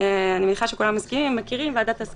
למעשה מוצע לקבוע פה חליפה שכוללת שלוש